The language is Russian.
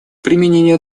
применение